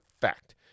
fact